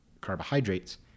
carbohydrates